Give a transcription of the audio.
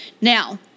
Now